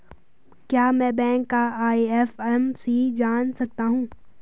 क्या मैं बैंक का आई.एफ.एम.सी जान सकता हूँ?